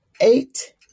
eight